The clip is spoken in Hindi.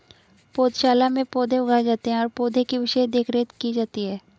पौधशाला में पौधे उगाए जाते हैं और पौधे की विशेष देखरेख की जाती है